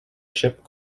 ship